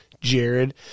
Jared